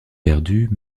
perdues